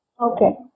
Okay